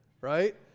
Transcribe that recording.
right